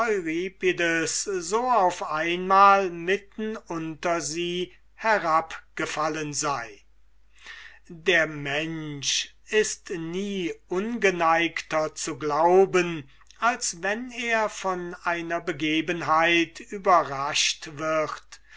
so auf einmal mitten unter sie herabgefallen sei der mensch ist nie ungeneigter zu glauben als wenn er von einer begebenheit überrascht wird